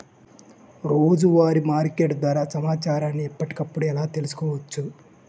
రోజువారీ మార్కెట్ ధర సమాచారాన్ని ఎప్పటికప్పుడు ఎలా తెలుసుకోవచ్చు?